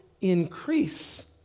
increase